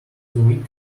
wig